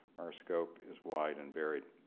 our scope is wide and varied.